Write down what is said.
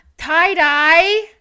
Tie-dye